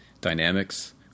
dynamics